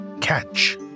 catch